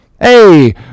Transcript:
Hey